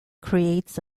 creates